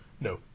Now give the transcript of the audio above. No